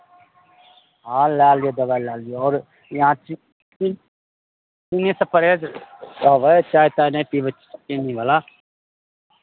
हँ लए लिअ दबाइ लए लिअ आओर अहाँ ची ची चीनीसँ परहेज रहबै चाय ताय नहि पीबै चीनीवला